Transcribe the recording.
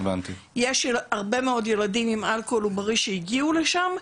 יש הרבה מאוד ילדים עם אלכוהול עוברי שהגיעו לשם,